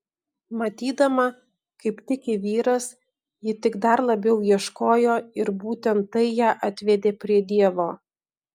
matydama kaip tiki vyras ji tik dar labiau ieškojo ir būtent tai ją atvedė prie dievo